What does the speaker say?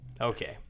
Okay